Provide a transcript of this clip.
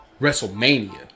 WrestleMania